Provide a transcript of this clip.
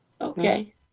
Okay